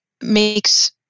makes